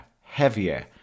heavier